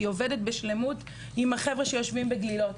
היא עובדת בשלמות עם החבר'ה שיושבים בגלילות.